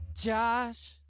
Josh